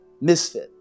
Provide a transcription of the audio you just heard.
misfit